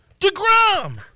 DeGrom